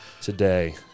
today